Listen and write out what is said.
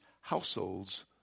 households